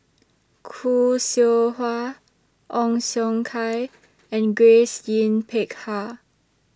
Khoo Seow Hwa Ong Siong Kai and Grace Yin Peck Ha